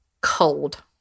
cold